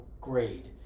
grade